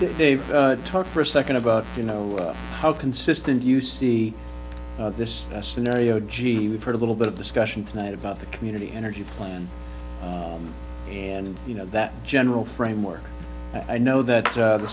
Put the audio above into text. over the talk for a second about you know how consistent you see this scenario gee we put a little bit of discussion tonight about the community energy plan and you know that general framework i know that